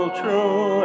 true